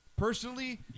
Personally